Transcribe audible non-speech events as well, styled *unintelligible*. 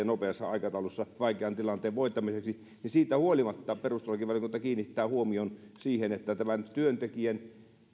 *unintelligible* nopeassa aikataulussa vaikean tilanteen voittamiseksi niin siitä huolimatta perustuslakivaliokunta kiinnittää huomion siihen että tämän työntekijän